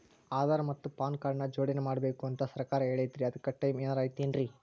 ಆಧಾರ ಮತ್ತ PAN card ನ ಜೋಡಣೆ ಮಾಡ್ಬೇಕು ಅಂತಾ ಸರ್ಕಾರ ಹೇಳೈತ್ರಿ ಅದ್ಕ ಟೈಮ್ ಏನಾರ ಐತೇನ್ರೇ?